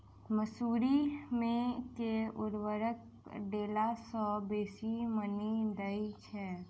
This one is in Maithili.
मसूरी मे केँ उर्वरक देला सऽ बेसी मॉनी दइ छै?